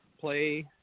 play